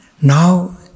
Now